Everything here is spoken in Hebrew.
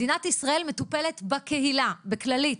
מדינת ישראל מטופלת בקהילה בכללית,